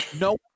No